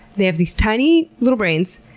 they have these tiny little brains.